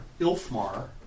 Ilfmar